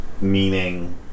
meaning